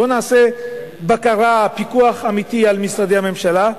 בוא ונעשה בקרה, פיקוח אמיתי על משרדי הממשלה.